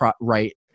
right